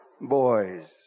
boys